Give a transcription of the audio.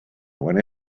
went